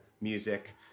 music